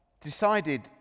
decided